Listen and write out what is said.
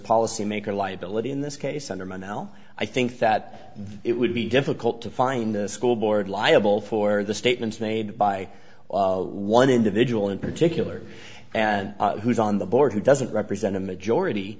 policy maker liability in this case and i'm an l i think that it would be difficult to find a school board liable for the statements made by one individual in particular and who's on the board who doesn't represent a majority